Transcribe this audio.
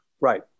Right